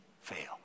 fail